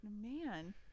man